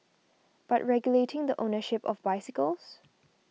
but regulating the ownership of bicycles